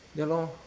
ya lor